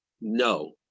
no